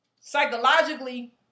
psychologically